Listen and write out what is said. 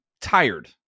tired